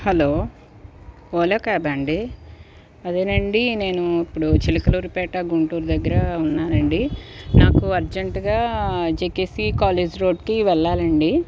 hello Ola క్యాబా అండి అదేనండి నేను ఇప్పుడు చిలకలూరి పేట గుంటూరు దగ్గర ఉన్నానండి నాకు అర్జెంటుగా జేకేసీ కాలేజ్ రోడ్డుకి వెళ్లాలండి